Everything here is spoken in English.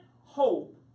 hope